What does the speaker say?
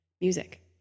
music